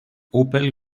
opel